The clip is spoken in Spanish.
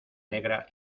negra